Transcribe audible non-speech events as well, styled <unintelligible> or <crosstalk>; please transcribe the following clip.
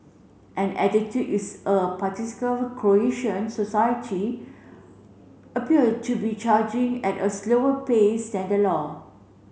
and attitude is a <unintelligible> Croatian society appear to be charging at a slower pace than the law